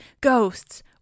ghosts